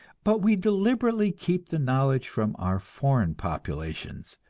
but we deliberately keep the knowledge from our foreign populations,